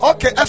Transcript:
Okay